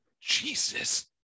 Jesus